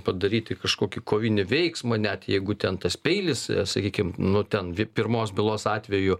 padaryti kažkokį kovinį veiksmą net jeigu ten tas peilis sakykim nu ten pirmos bylos atveju